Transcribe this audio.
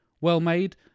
well-made